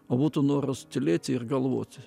o būtų noras tylėti ir galvoti